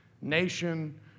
nation